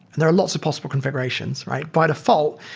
there are lots of possible configurations, right? by default,